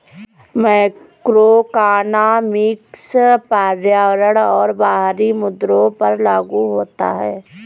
macroeconomics पर्यावरण और बाहरी मुद्दों पर लागू होता है